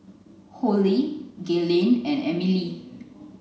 Hollie Gaylene and Amelie